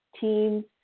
teams